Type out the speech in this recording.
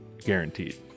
guaranteed